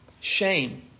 Shame